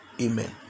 Amen